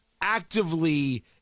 actively